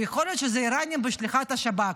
ויכול להיות שזה האיראנים בשליחות השב"כ,